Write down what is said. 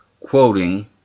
quoting